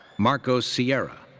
marcos sierra.